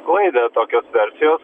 sklaidė tokios versijos